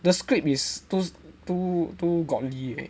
the script is too too too godly already